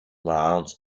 round